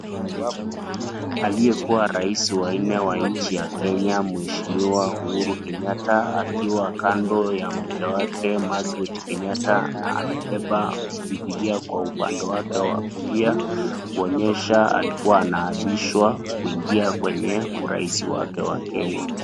Aliyekuwa rais wa nne wa nchi ya kenya mweshimiwa Uhuru Kenyatta akiwa kando ya mke wake Margaret Kenyatta na amebeba bibilia kwa upande wake wa kulia kuonyesha alikuwa anaapishwa kuingia kwenye urais wake wa kenya.